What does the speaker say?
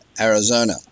Arizona